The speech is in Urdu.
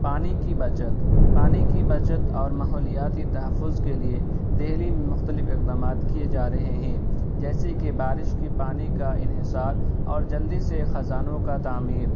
پانی کی بچت پانی کی بچت اور ماحولیاتی تحفظ کے لیے دلی میں مختلف اقدامات کیے جارہے ہیں جیسے کہ بارش کے پانی کا انحصار اور جلدی سے خزانوں کا تعمیر